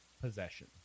possession